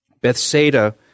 Bethsaida